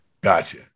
Gotcha